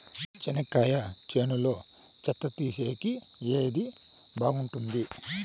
చెనక్కాయ చేనులో చెత్త తీసేకి ఏది బాగుంటుంది?